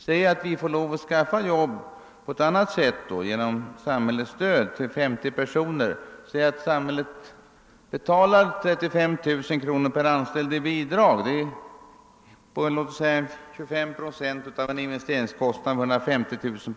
Låt oss emellertid anta att vi måste skaffa arbete åt 50 personer genom samhällsstöd. Om samhället då betalar 35 000 kr. per anställd i bidrag — vilket motsvarar ca 25 procent av en investeringskostnad på 150 000 kr.